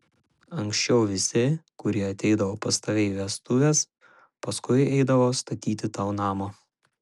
anksčiau visi kurie ateidavo pas tave į vestuves paskui eidavo statyti tau namo